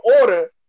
order